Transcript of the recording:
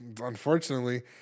unfortunately